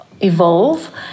evolve